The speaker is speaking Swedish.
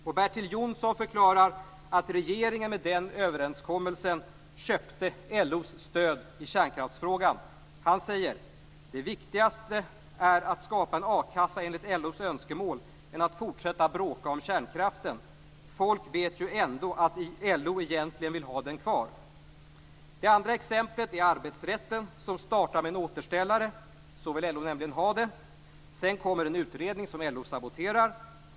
Och Bertil Jonsson förklarar att regeringen med den överenskommelsen köpte LO:s stöd i kärnkraftsfrågan. Han säger: "Det är viktigare att skapa en a-kassa enligt LO:s önskemål än att fortsätta bråka om kärnkraften. Folk vet ju ändå att LO egentligen vill ha den kvar." Det andra exemplet är arbetsrätten, som startar med en återställare. Så vill LO nämligen ha det. Sedan kommer en utredning som LO saboterar.